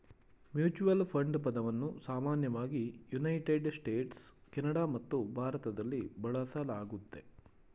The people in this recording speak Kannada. ಮ್ಯೂಚುಯಲ್ ಫಂಡ್ ಪದವನ್ನ ಸಾಮಾನ್ಯವಾಗಿ ಯುನೈಟೆಡ್ ಸ್ಟೇಟ್ಸ್, ಕೆನಡಾ ಮತ್ತು ಭಾರತದಲ್ಲಿ ಬಳಸಲಾಗುತ್ತೆ